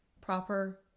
proper